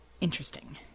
interesting